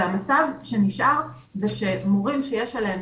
המצב שנשאר זה שמורים שיש עליהם